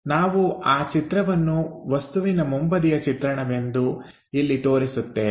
ನಾವು ಆ ಚಿತ್ರವನ್ನು ವಸ್ತುವಿನ ಮುಂಬದಿಯ ಚಿತ್ರಣವೆಂದು ಇಲ್ಲಿ ತೋರಿಸುತ್ತೇವೆ